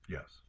Yes